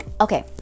Okay